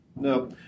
No